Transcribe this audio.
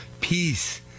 peace